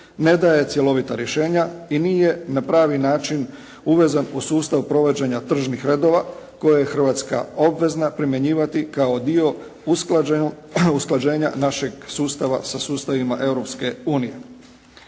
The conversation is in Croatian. ne daje cjelovita rješenja i nije na pravi način uvezan u sustav provođenja tržnih redova koje je Hrvatska obvezna primjenjivati kao dio usklađenja našeg sustava sa sustavima